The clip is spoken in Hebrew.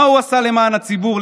מה הוא עשה למען הציבור,